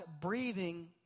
breathing